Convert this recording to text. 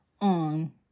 on